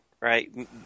right